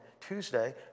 Tuesday